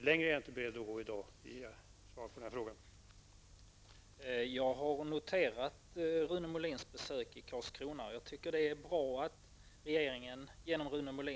Längre är jag inte beredd att gå i dag när det gäller att svara på denna fråga.